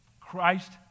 Christ